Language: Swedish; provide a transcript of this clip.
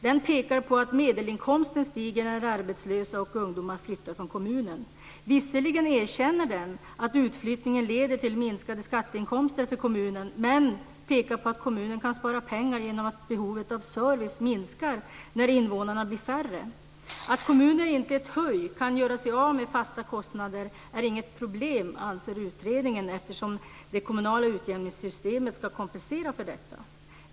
Man pekar på att medelinkomsten stiger när arbetslösa och ungdomar flyttar från kommunen. Visserligen erkänner man att utflyttningen leder till minskade skatteinkomster för kommunen, men man pekar på att kommunen kan spara pengar genom att behovet av service minskar när invånarna blir färre. Att kommuner inte i ett huj kan göra sig av med fasta kostnader är inget problem, anser utredningen, eftersom det kommunala utjämningssystemet ska kompensera för detta.